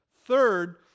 third